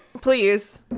please